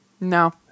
No